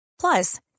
Plus